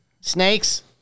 Snakes